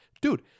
dude